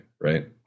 right